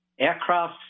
Aircrafts